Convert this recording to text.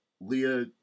Leah